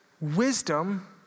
wisdom